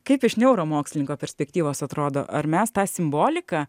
kaip iš neuromokslininko perspektyvos atrodo ar mes tą simboliką